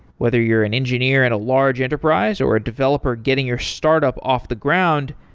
whether you're an engineer at a large enterprise, or a developer getting your startup off the ground,